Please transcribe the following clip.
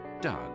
Doug